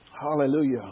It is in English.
Hallelujah